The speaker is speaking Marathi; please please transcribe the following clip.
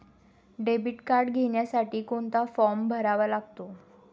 डेबिट कार्ड घेण्यासाठी कोणता फॉर्म भरावा लागतो?